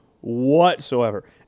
whatsoever